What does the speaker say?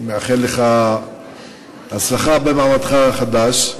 מאחל לך הצלחה במעמדך החדש,